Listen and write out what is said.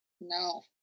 no